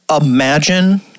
imagine